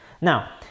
Now